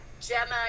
Gemma